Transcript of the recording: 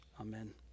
amen